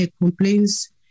complaints